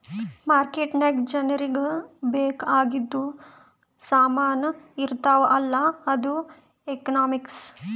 market ನಾಗ್ ಜನರಿಗ ಬೇಕ್ ಆಗಿದು ಸಾಮಾನ್ ಇರ್ತಾವ ಅಲ್ಲ ಅದು ಎಕನಾಮಿಕ್ಸ್